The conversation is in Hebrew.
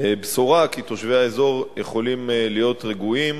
בשורה כי תושבי האזור יכולים להיות רגועים